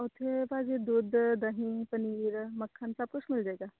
ਉੱਥੇ ਭਾਅ ਜੀ ਦੁੱਧ ਦਹੀਂ ਪਨੀਰ ਮੱਖਣ ਸਭ ਕੁਛ ਮਿਲ ਜਾਏਗਾ